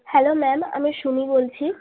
hello ma'am আমি সুমি বলছি